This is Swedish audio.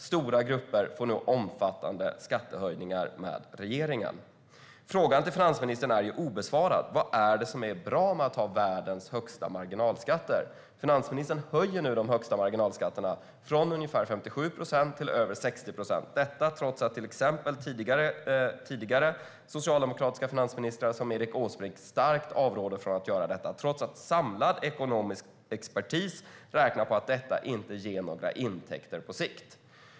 Stora grupper får med den här regeringen omfattande skattehöjningar. Min fråga till finansministern är obesvarad: Vad är det som är bra med att ha världens högsta marginalskatter? Finansministern höjer nu de högsta marginalskatterna från ungefär 57 procent till över 60 procent, detta trots att till exempel Erik Åsbrink, tidigare socialdemokratisk finansminister, starkt avråder från att göra detta och trots att en samlad ekonomisk expertis räknat på att detta inte ger några intäkter på sikt.